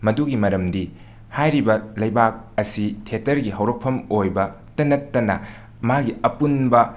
ꯑꯗꯨꯒꯤ ꯃꯔꯝꯗꯤ ꯍꯥꯏꯔꯤꯕ ꯂꯩꯕꯥꯛ ꯑꯁꯤ ꯊꯦꯇꯔꯒꯤ ꯍꯧꯔꯛꯐꯝ ꯑꯣꯏꯕꯇ ꯅꯠꯇꯅ ꯃꯥꯒꯤ ꯑꯄꯨꯟꯕ